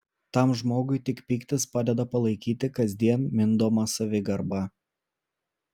tam žmogui tik pyktis padeda palaikyti kasdien mindomą savigarbą